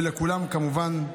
לכולם, כמובן,